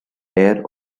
air